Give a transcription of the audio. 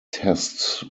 tests